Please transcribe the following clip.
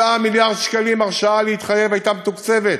7 מיליארד שקלים הרשאה להתחייב הייתה מתוקצבת,